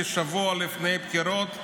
כשבוע לפני הבחירות,